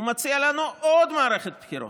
הוא מציע לנו עוד מערכת בחירות.